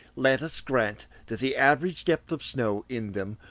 let us grant that the average depth of snow in them,